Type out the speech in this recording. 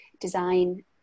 design